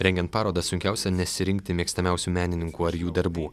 rengiant parodą sunkiausia nesirinkti mėgstamiausių menininkų ar jų darbų